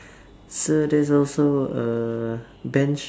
so there's also a bench